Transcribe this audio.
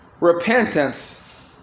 repentance